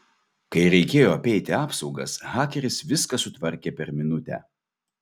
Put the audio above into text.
kai reikėjo apeiti apsaugas hakeris viską sutvarkė per minutę